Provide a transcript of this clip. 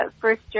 first